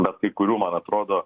bet kai kurių atrodo